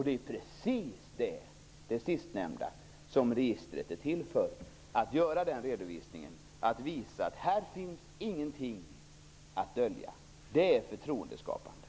Det sistnämnda är precis vad registret är till för, nämligen att visa att det inte finns något att dölja. Det är förtroendeskapande.